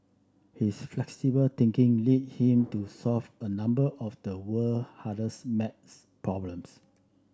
his flexible thinking lead him to solve a number of the world hardest math problems